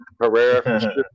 Herrera